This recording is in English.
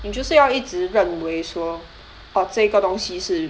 你就是要一直认为说 uh 这个东西是